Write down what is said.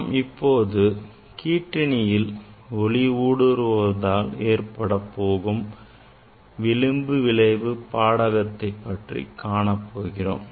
நாம் இப்போது கீற்றிணியில் ஒளி ஊடுருவுவதால் ஏற்படப்போகும் விளிம்பு விளைவு பாடத்தை காணப்போகிறோம்